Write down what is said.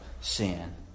sin